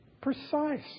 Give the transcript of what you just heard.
Precise